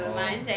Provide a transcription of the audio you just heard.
orh